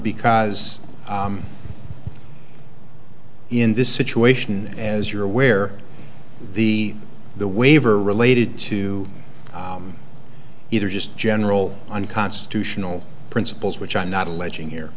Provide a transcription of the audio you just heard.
because in this situation as you're aware the the waiver related to either just general unconstitutional principles which i'm not alleging here